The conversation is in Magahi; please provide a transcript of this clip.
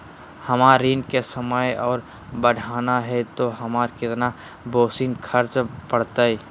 हमर ऋण के समय और बढ़ाना है तो हमरा कितना बेसी और खर्चा बड़तैय?